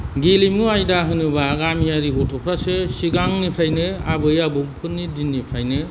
गेलेमु आयदा होनोबा गामियारि गथ'फ्रासो सिगांनिफ्रायनो आबै आबौफोरनि दिननिफ्रायनो